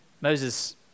Moses